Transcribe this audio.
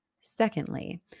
Secondly